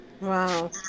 Wow